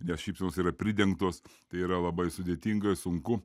nes šypsenos yra pridengtos tai yra labai sudėtinga sunku